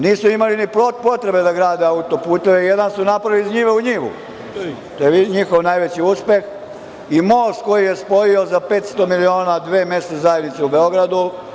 Nisu imali ni potrebe da grade auto-puteve, jedan su napravili iz njive u njivu, to je njihov najveći uspeh, i most koji je spojio za 500 miliona dve mesne zajednice u Beogradu.